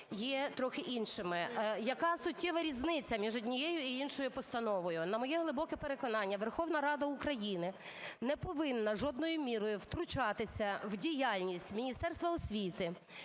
є трохи іншими. Яка суттєва різниця між однією і іншою постановою? На моє глибоке переконання, Верховна Рада України не повинна жодною мірою втручатися в діяльність Міністерства освіти,